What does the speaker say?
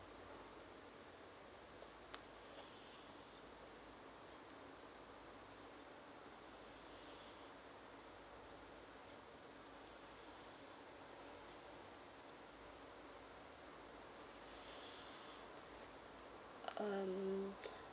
um